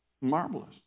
Marvelous